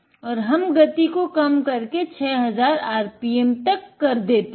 और हम गति को कम करके 6000 rpm तक कर देते हैं